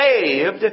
saved